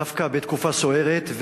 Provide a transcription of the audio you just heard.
דווקא בתקופה סוערת,